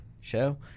show